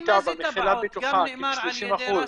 גם נאמר על ידי ראסם.